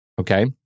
Okay